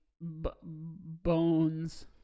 bones